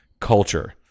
culture